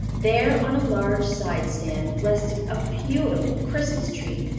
there, on a large side stand, rested a beautiful christmas tree,